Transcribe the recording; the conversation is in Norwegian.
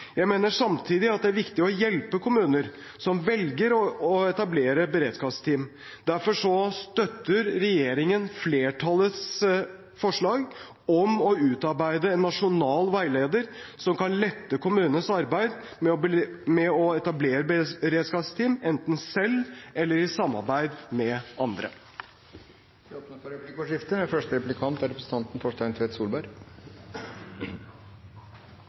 Jeg mener samtidig at det er viktig å hjelpe kommuner som velger å etablere beredskapsteam. Derfor støtter regjeringen flertallets forslag om å utarbeide en nasjonal veileder som kan lette kommunenes arbeid med å etablere beredskapsteam, enten selv eller i samarbeid med andre. Det blir replikkordskifte.